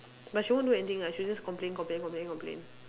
but she won't do anything lah she just complain complain complain complain